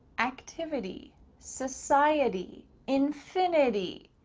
activity, society, infinity.